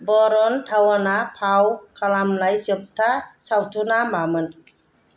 भरुन धाव'ना फाव खालामनाय जोबथा सावथुना मामोन